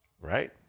Right